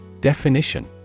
Definition